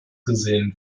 gesehen